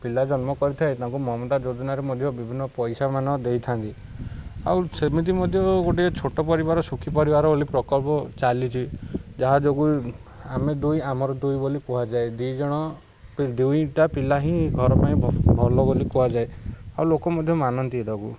ପିଲା ଜନ୍ମ କରିଥାଏ ତାଙ୍କୁ ମମତା ଯୋଜନାରେ ମଧ୍ୟ ବିଭିନ୍ନ ପଇସାମାନ ଦେଇଥାନ୍ତି ଆଉ ସେମିତି ମଧ୍ୟ ଗୋଟିଏ ଛୋଟ ପରିବାର ସୁଖୀ ପରିବାର ବୋଲି ପ୍ରକଳ୍ପ ଚାଲିଛି ଯାହା ଯୋଗୁଁ ଆମେ ଦୁଇ ଆମର ଦୁଇ ବୋଲି କୁହାଯାଏ ଦି ଜଣ ଦୁଇଟା ପିଲା ହିଁ ଘର ପାଇଁ ଭଲ ବୋଲି କୁହାଯାଏ ଆଉ ଲୋକ ମଧ୍ୟ ମାନନ୍ତି ତାକୁ